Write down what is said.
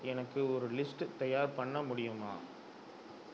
எனக்கு ஒரு லிஸ்ட் தயார் பண்ண முடியுமா